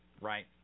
Right